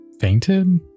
fainted